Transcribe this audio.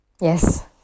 Yes